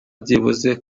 byibuze